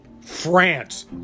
France